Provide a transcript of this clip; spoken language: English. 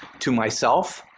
to myself.